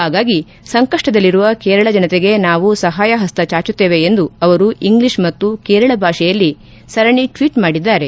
ಹಾಗಾಗಿ ಸಂಕಷ್ಷದಲ್ಲಿರುವ ಕೇರಳ ಜನತೆಗೆ ನಾವು ಸಹಾಯ ಹಸ್ತ ಚಾಚುತ್ತೇವೆ ಎಂದು ಅವರು ಇಂಗ್ಲಿಷ್ ಮತ್ತು ಕೇರಳ ಭಾಷೆಯಲ್ಲಿ ಸರಣಿ ಟ್ನೀಟ್ ಮಾಡಿದ್ಗಾರೆ